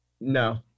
No